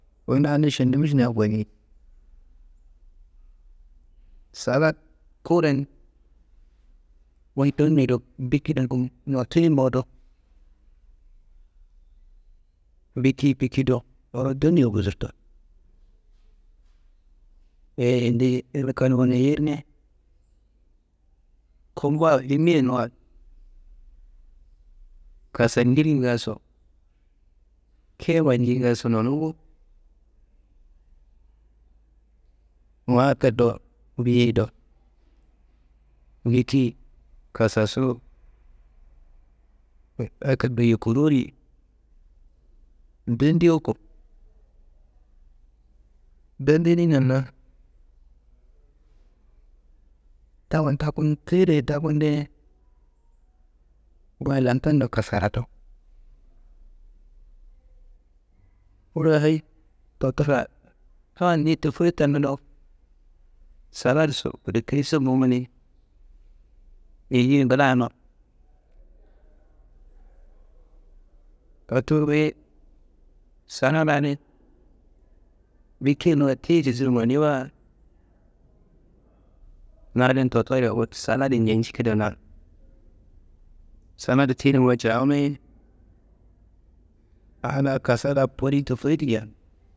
Wu nadin sandiwišna goni, salad kuren wuyi dando bikido gum nontini bowo do, biki biki do wuro dandiro gusurdo, yeyi andiyi yirkanu yerne. Kumba bimi nuwa kasanjiriyi ngaso keyima njingaso nomumbo. Ma akedo biyeyi do ngiti kasasu akedo yukuruwuni, ndandeawuko, ndandininanna taba takunu keyilayi takundeye, goyi lantando kasarado wuro hayi ndottora ha ni tofoyit tamidowo, saladso badakayiso bumbuni, ayiye bulano. Kotu wuyi saladadi biki nuwa tiyi sesiro noniyiwa. Nadin ndottorayi wette saladi nenci kidana salad tiyi numayi ciranuyi a laa kasa laa polu tofoyit nja.